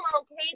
okay